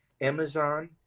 Amazon